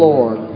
Lord